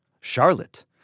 Charlotte